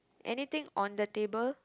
anything on the table